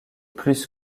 plus